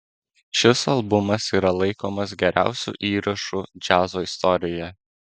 šis albumas yra laikomas geriausiu įrašu džiazo istorijoje